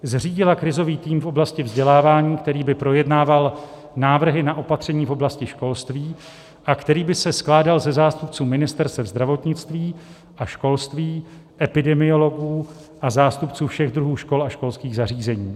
1. zřídila krizový tým v oblasti vzdělávání, který by projednával návrhy na opatření v oblasti školství a který by se skládal ze zástupců ministerstev zdravotnictví a školství, epidemiologů a zástupců všech druhů škol a školských zařízení,